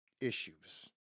issues